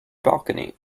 balcony